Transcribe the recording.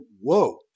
whoa